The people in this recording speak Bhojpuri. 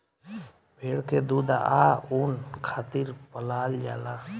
भेड़ के दूध आ ऊन खातिर पलाल जाला